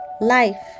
Life